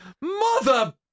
Mother